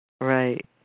Right